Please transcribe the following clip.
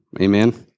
Amen